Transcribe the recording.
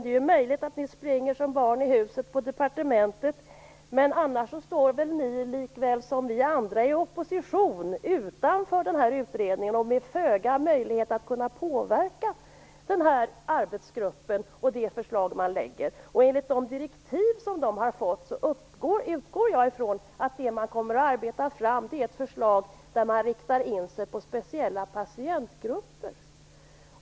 Det är möjligt att ni springer som barn i huset på departementet, men annars står väl ni likaväl som vi andra i opposition, utanför utredningen och med föga möjlighet att påverka arbetsgruppen och dess förslag. På grundval av de direktiv som arbetsgruppen har fått utgår jag från att det förslag som man kommer att arbeta fram riktar in sig på speciella patientgrupper.